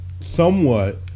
somewhat